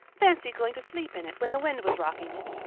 fancy going to sleep in it when the wind was rocking it.